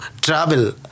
travel